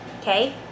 okay